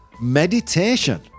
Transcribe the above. Meditation